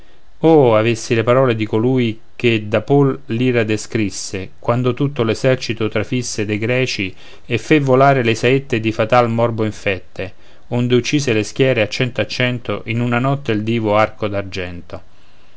oh avessi le parole di colui che d'apol l'ira descrisse quando tutto l'esercito trafisse dei greci e fe volare le saette di fatal morbo infette onde uccise le schiere a cento a cento in una notte il divo arco